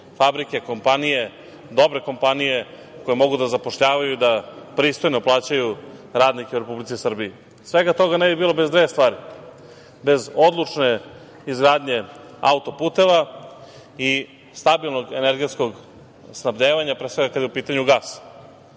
fabrike, kompanije, dobre kompanije koje mogu da zapošljavaju, da pristojno plaćaju radnike u Republici Srbiji. Svega toga ne bi bilo bez dve stvari, bez odlučne izgradnje auto-puteva i stabilnog energetskog snabdevanja, pre svega kada je u pitanju gas.